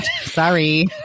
Sorry